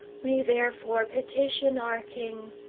we therefore petition our king,